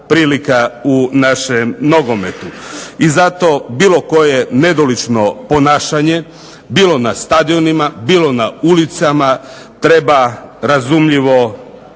u našem nogometu. I zato bilo koje nedolično ponašanje bilo na stadionima, bilo na ulicama treba razumljivo